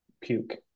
puke